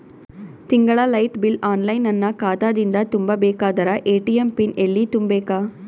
ತಿಂಗಳ light bill online ನನ್ನ ಖಾತಾ ದಿಂದ ತುಂಬಾ ಬೇಕಾದರ ಎ.ಟಿ.ಎಂ ಪಿನ್ ಎಲ್ಲಿ ತುಂಬೇಕ?